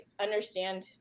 understand